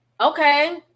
okay